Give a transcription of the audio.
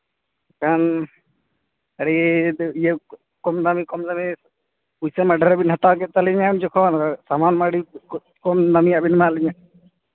ᱮᱱᱠᱷᱟᱱ ᱟᱹᱰᱤ ᱤᱭᱟᱹ ᱠᱚᱢ ᱫᱟᱹᱢᱤ ᱠᱚᱢ ᱫᱟᱹᱢᱤ ᱯᱩᱭᱥᱟᱹ ᱢᱟ ᱰᱷᱮᱨ ᱵᱮᱱ ᱦᱟᱛᱟᱣ ᱠᱮᱫ ᱛᱟᱹᱞᱤᱧᱟ ᱩᱱ ᱡᱚᱠᱷᱚᱱ ᱥᱟᱢᱟᱱ ᱢᱟ ᱟᱹᱰᱤ ᱠᱚᱢ ᱫᱟᱹᱢᱤᱭᱟᱜ ᱵᱮᱱ ᱮᱢᱟᱜ ᱞᱤᱧᱟᱹ